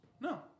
No